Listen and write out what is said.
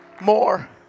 More